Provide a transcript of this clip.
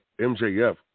MJF